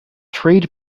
trade